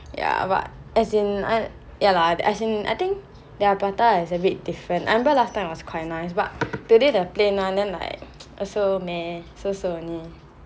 ya but as in I ya lah as in I think their prata is a bit different I remember last time was quite nice but today the plain one then like also meh so so only